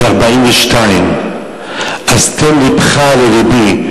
זה 42. אז תן לבך ללבי.